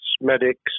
medics